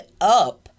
up